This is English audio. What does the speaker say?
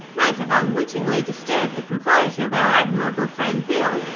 may have unwittingly disturbed the composure of our admirable friend, bill,